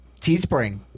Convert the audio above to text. Teespring